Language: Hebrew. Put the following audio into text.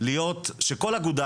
להיות שכל אגודה,